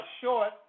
short